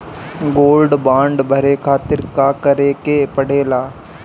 Gold bond भरे खातिर का करेके पड़ेला?